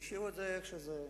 והשאירו את זה איך שזה,